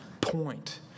point